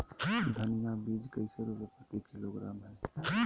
धनिया बीज कैसे रुपए प्रति किलोग्राम है?